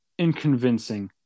inconvincing